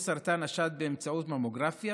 של סרטן השד, באמצעות ממוגרפיה,